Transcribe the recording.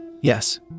Yes